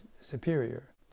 superior